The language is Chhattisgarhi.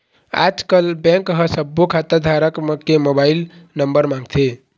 आजकल बेंक ह सब्बो खाता धारक के मोबाईल नंबर मांगथे